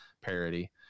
parody